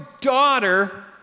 daughter